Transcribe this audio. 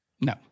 No